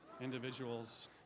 individuals